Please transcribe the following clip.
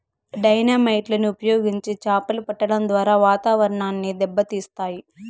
dynamite లను ఉపయోగించి చాపలు పట్టడం ద్వారా వాతావరణాన్ని దెబ్బ తీస్తాయి